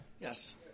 Yes